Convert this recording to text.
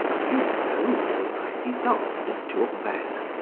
you know the presidente tourvel,